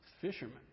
Fishermen